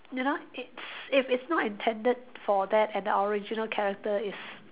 you know it's if it's not intended for that and the original character is